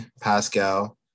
Pascal